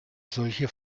solche